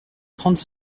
trente